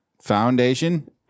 Foundation